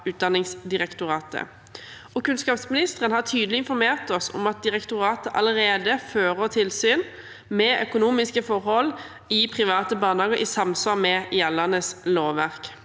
Utdanningsdirektoratet. Kunnskapsministeren har tydelig informert oss om at direktoratet allerede fører tilsyn med økonomiske forhold i private barnehager i samsvar med gjeldende lovverk.